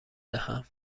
دهم